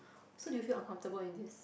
so do you feel uncomfortable in this